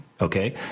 okay